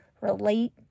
relate